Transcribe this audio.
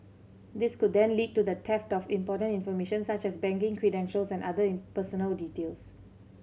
this could then lead to the theft of important information such as banking credentials and other in personal details